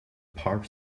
power